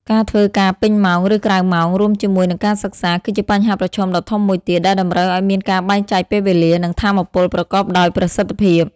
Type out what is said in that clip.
ការធ្វើការពេញម៉ោង ឬក្រៅម៉ោង រួមជាមួយនឹងការសិក្សា គឺជាបញ្ហាប្រឈមដ៏ធំមួយទៀត ដែលតម្រូវឱ្យមានការបែងចែកពេលវេលា និងថាមពលប្រកបដោយប្រសិទ្ធភាព។